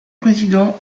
président